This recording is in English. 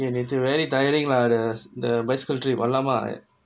நேத்து:nethu very tiring lah the the bicycle trip எல்லாமே:ellaamae ah